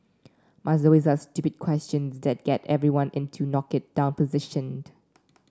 must always ask stupid questions that get everyone into knock it down position